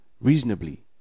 Reasonably